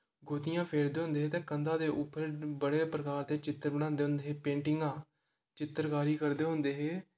गोतियां फेरदे होंदे हे ते कधां दे उप्पर बड़े प्रकार दे चित्र बनांदे होंदे हे पैटिंगां चित्रकारी करदे होंदे हे